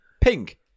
Pink